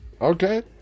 Okay